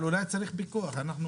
אנחנו